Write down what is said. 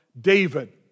David